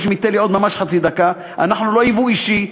אדוני היושב-ראש,